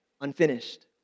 unfinished